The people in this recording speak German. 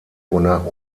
wonach